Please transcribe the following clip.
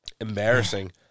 Embarrassing